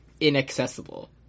inaccessible